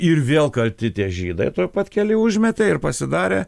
ir vėl kalti tie žydai tuoj pat keli užmetė ir pasidarė